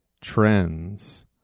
trends